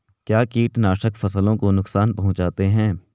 क्या कीटनाशक फसलों को नुकसान पहुँचाते हैं?